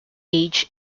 age